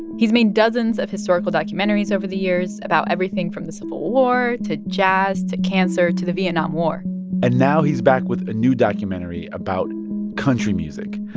he's made dozens of historical documentaries over the years, about everything from the civil war, to jazz, to cancer, to the vietnam war and now he's back with a new documentary, about country music.